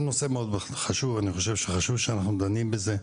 זה נושא מאוד חשוב ואני חושב שזה חשוב שאנחנו דנים בזה.